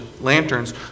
lanterns